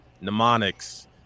mnemonics